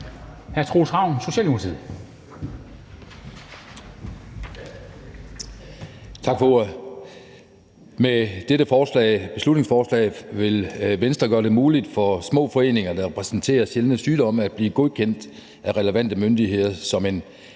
hr. Troels Ravn, Socialdemokratiet.